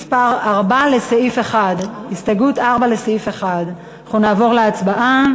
הסתייגות מס' 4 לסעיף 1, אנחנו נעבור להצבעה.